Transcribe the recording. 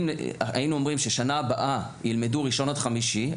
אם היינו אומרים ששנה הבאה ילמדו ראשון עד חמישי,